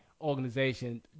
organization